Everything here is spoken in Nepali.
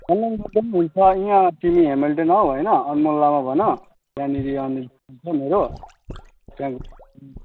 अनलाइन गर्दा पनि हुन्छ यहाँ तिमी हेमिल्टन आऊ होइन अनमोल लामा भन त्यहाँनिर अनि दोकान छ मेरो त्यहाँको